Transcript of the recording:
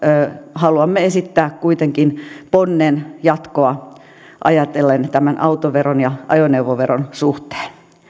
haluamme esittää kuitenkin jatkoa ajatellen ponnen tämän autoveron ja ajoneuvoveron suhteen